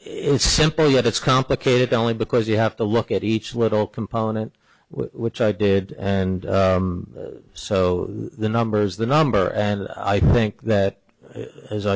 it's simple yet it's complicated only because you have to look at each little component which i did and so the numbers the number and i think that as i